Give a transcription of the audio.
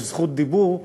יש זכות דיבור,